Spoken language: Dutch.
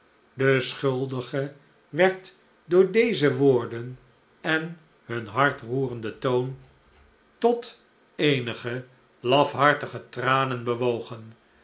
de schuldige werd door deze woorden en nun het afscheid van den hondsvot hartroerenden toon tot eenige lafharjage tranen bewogen